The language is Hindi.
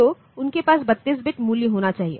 तो उनके पास 32 बिट मूल्य होना चाहिए